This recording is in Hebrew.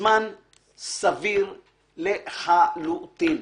זמן סביר לחלוטין,